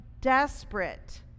desperate